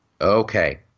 Okay